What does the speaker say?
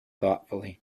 thoughtfully